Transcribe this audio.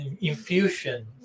infusion